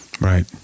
Right